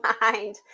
mind